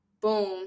boom